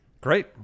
Great